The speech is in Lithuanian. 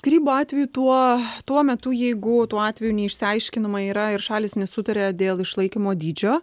skyrybų atveju tuo tuo metu jeigu tuo atveju neišsiaiškinama yra ir šalys nesutaria dėl išlaikymo dydžio